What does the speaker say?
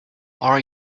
are